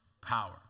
power